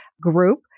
group